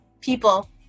people